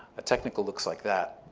a technical looks like that.